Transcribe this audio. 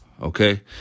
okay